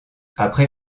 après